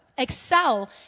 excel